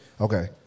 Okay